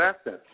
assets